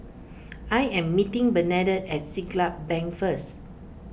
I am meeting Bernadette at Siglap Bank first